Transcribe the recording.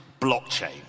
blockchain